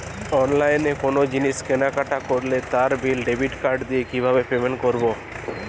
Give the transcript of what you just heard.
অনলাইনে কোনো জিনিস কেনাকাটা করলে তার বিল ডেবিট কার্ড দিয়ে কিভাবে পেমেন্ট করবো?